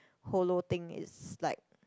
hollow thing is like